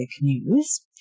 news